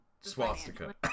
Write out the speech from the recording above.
swastika